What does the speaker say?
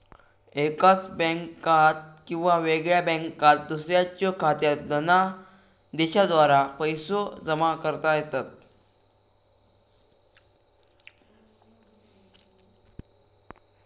एकाच बँकात किंवा वेगळ्या बँकात दुसऱ्याच्यो खात्यात धनादेशाद्वारा पैसो जमा करता येतत